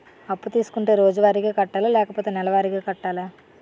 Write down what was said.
అప్పు తీసుకుంటే రోజువారిగా కట్టాలా? లేకపోతే నెలవారీగా కట్టాలా?